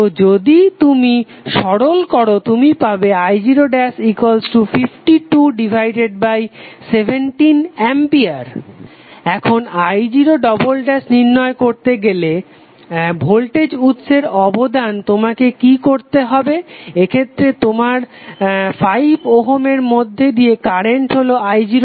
তো যদি তুমি সরল করো তুমি পাবে i05217A এখন i0 নির্ণয় করতে যেটা হলো ভোল্টেজ উৎসের অবদান তোমাকে কি করতে হবে এক্ষেত্রে তোমার 5 ওহমের মধ্যে দিয়ে কারেন্ট হলো i0